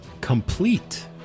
complete